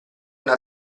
una